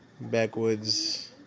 backwoods